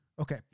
Okay